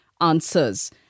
answers